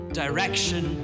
direction